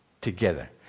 together